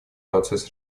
процесс